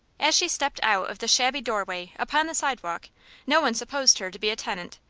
as she stepped out of the shabby doorway upon the sidewalk no one supposed her to be a tenant,